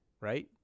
right